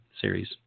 series